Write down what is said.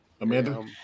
Amanda